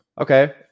Okay